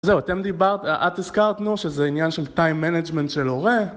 זהו אתם דיברת, את הזכרת נו שזה עניין של time management של הורה